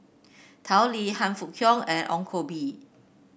Tao Li Han Fook Kwang and Ong Koh Bee